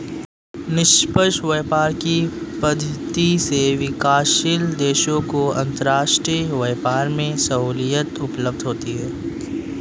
निष्पक्ष व्यापार की पद्धति से विकासशील देशों को अंतरराष्ट्रीय व्यापार में सहूलियत उपलब्ध होती है